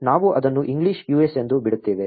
ನಾವು ಅದನ್ನು English US ಎಂದು ಬಿಡುತ್ತೇವೆ